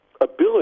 ability